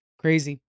Crazy